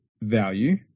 Value